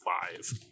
five